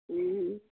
हम्म